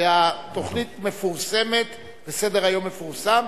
התוכנית מפורסמת וסדר-היום מפורסם.